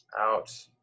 out